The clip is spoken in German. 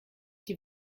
die